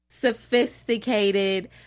sophisticated